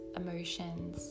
emotions